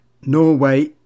Norway